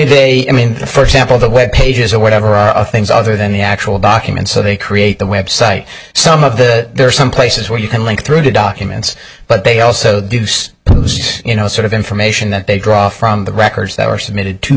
they mean for example the web pages or whatever are things other than the actual documents so they create the website some of the there are some places where you can link through to documents but they also the use of those you know sort of information that they draw from the records that were submitted to